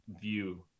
view